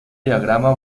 diagrama